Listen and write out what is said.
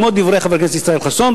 כמו דברי חבר הכנסת ישראל חסון,